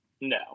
No